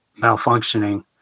malfunctioning